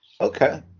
Okay